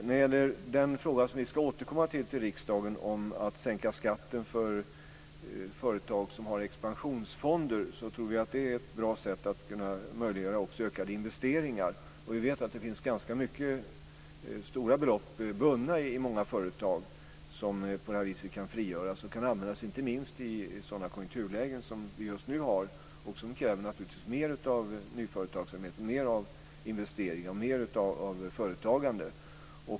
När det gäller den fråga som vi ska återkomma till riksdagen med, att sänka skatten för företag som har expansionsfonder, tror jag att det är ett bra sätt att möjliggöra också ökade investeringar. Vi vet att det finns ganska stora belopp bundna i många företag som på det här viset kan frigöras och användas inte minst i sådana konjunkturlägen som vi just nu har och som naturligtvis kräver mer av nyföretagsamhet, mer av investeringar, mer av företagande.